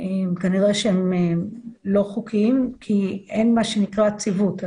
כנראה שהם לא חוקיים, כי אין מה שנקרא ציוות.